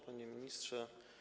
Panie Ministrze!